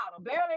Barely